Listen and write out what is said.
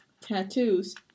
tattoos